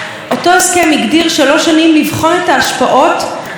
אם רק יישארו ביעדי ההסכם,